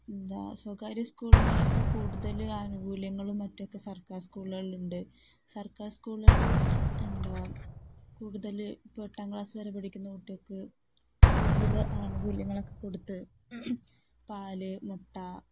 എന്താണ് സ്വകാര്യ സ്കൂളുകളൊക്കെ കൂടുതൽ ആനുകൂല്യങ്ങളും മറ്റൊക്കെ സർക്കാർ സ്കൂളുകളിലുണ്ട് സർക്കാർ സ്കൂളുകൾ എന്താണ് കൂടുതൽ ഇപ്പം എട്ടാം ക്ലാസ്സ് വരെ പഠിക്കുന്ന കുട്ടികൾക്ക് കൂടുതൽ ആനുകൂല്യങ്ങളൊക്കെ കൊടുത്ത് പാല് മുട്ട